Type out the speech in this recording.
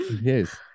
Yes